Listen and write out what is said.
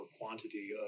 quantity